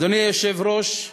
אדוני היושב-ראש,